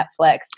Netflix